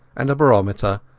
and a barometer,